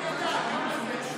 שהציבור ידע כמה זה.